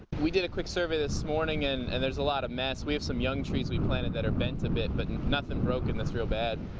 we did a quick survey this morning and and there's a lot of mess, we have some young trees we planted that are bent a bit, but and nothing broken that's real bad.